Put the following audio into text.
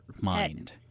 mind